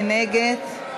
מי נגד?